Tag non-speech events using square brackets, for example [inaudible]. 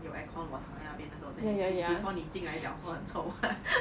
有 aircon 我躺在那边 before before 你进来讲很臭 [laughs]